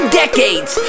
decades